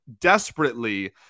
desperately